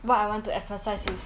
what I want to emphasise is